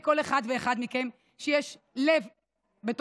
מכל אחד ואחד מכם שיש לב בתוכו,